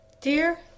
Dear